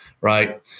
Right